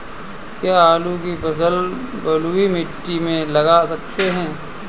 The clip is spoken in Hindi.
क्या आलू की फसल बलुई मिट्टी में लगा सकते हैं?